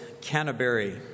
Canterbury